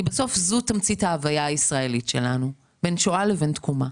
כי זו תמצית ההוויה הישראלית שלנו: בין שואה לבין תקומה.